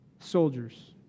soldiers